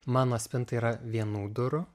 mano spinta yra vienų durų